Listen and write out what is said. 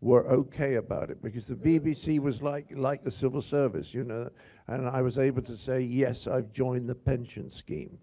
were ok about it. because the bbc was like the like civil service. you know and and i was able to say, yes, i've joined the pension scheme.